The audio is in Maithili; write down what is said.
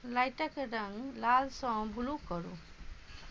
लाइटक रङ्ग लालसँ ब्लू करू